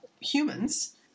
humans